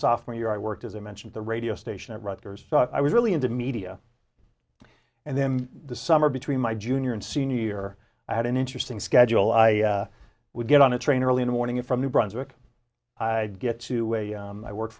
sophomore year i worked as i mentioned the radio station at rutgers so i was really into media and then the summer between my junior and senior year i had an interesting schedule i would get on a train early in the morning from new brunswick get to a i worked